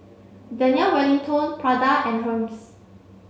Daniel Wellington Prada and Hermes